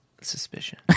suspicion